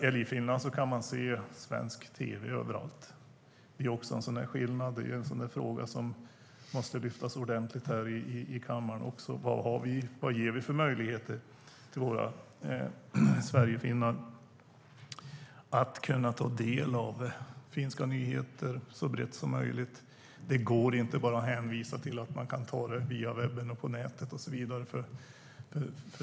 I Finland kan man se svensk tv överallt. Det är också en skillnad, och den frågan måste lyftas upp ordentligt här i kammaren. Vilka möjligheter ger vi våra sverigefinnar att ta del av finska nyheter så brett som möjligt? Det går inte att bara hänvisa till att man kan ta det via webben, på nätet och så vidare.